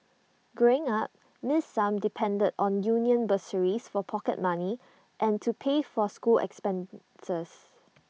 growing up miss sum depended on union bursaries for pocket money and to pay for school expenses